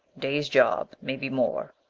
day's job maybe more.